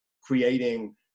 creating